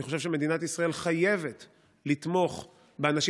אני חושב שמדינת ישראל חייבת לתמוך באנשים